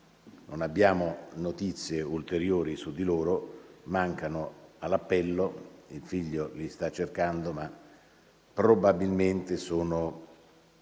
Non abbiamo notizie ulteriori su di loro: mancano all'appello, il figlio li sta cercando, ma probabilmente sono